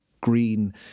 green